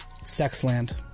Sexland